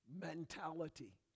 mentality